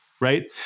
right